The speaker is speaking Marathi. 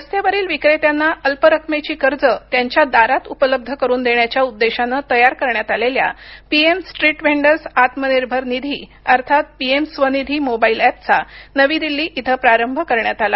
रस्त्यावरील विक्रेत्यांना अल्प रकमेची कर्जं त्यांच्या दारात उपलब्ध करून देण्याच्या उद्देशानं तयार करण्यात आलेल्या पीएम स्ट्रीट व्हेंडर्स आत्मनिर्भर निधी अर्थात पीएम स्वनिधी मोबाईल एपचा नवी दिल्ली इथं प्रारंभ करण्यात आलं